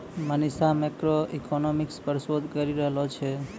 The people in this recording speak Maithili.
मनीषा मैक्रोइकॉनॉमिक्स पर शोध करी रहलो छै